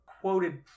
quoted